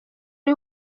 uri